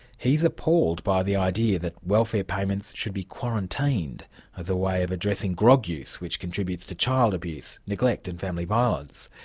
he's appalled by the idea that welfare payments should be quarantined as a way of addressing grog use which contributes to child abuse, neglect and family violence.